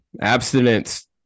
abstinence